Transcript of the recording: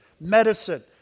medicine